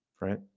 right